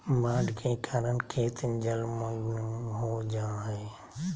बाढ़ के कारण खेत जलमग्न हो जा हइ